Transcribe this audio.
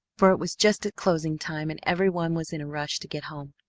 for it was just at closing time and every one was in a rush to get home.